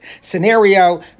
scenario